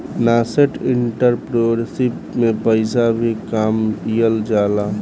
nascent entrepreneurship में पइसा भी कामयिल जाला